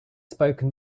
spoken